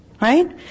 Right